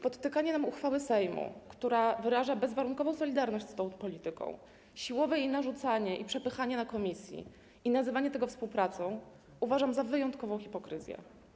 Podtykanie nam uchwały Sejmu, która wyraża bezwarunkową solidarność z tą polityką, siłowe jej narzucanie i przepychanie w komisji i nazywanie tego współpracą uważam za wyjątkową hipokryzję.